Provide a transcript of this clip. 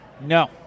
No